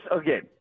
again